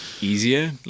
easier